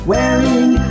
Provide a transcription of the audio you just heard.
Wearing